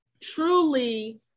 truly